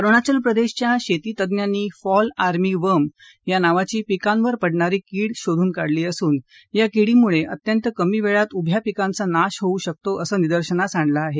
अरुणाचल प्रदेशच्या शेतीतज्ञांनी fall army worm या नावाची पिकांवर पडणारी कीड शोधून काढली असून या किडीमुळे अत्यंत कमी वेळात उभ्या पिकांचा नाश होऊ शकतो असं निदर्शनास आणलं आहे